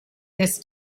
this